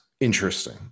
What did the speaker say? interesting